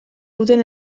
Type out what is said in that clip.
duten